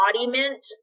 embodiment